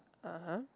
uh [huh]